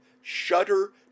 shudder